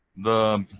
the